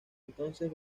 entonces